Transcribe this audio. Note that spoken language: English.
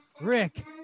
Rick